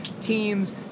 teams